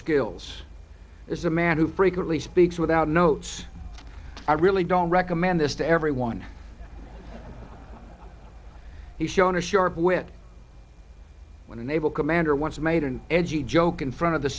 skills as a man who frequently speaks without notes i really don't recommend this to everyone he's shown a sharp wit when a naval commander once made an edgy joke in front of the